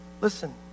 Listen